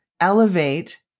elevate